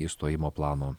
išstojimo plano